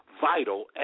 vital